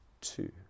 two